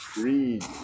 Read